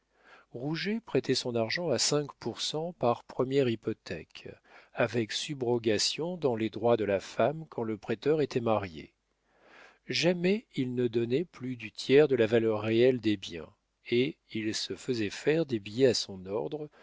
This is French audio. rouget prêtait son argent à cinq pour cent par première hypothèque avec subrogation dans les droits de la femme quand le prêteur était marié jamais il ne donnait plus du tiers de la valeur réelle des biens et il se faisait faire des billets à son ordre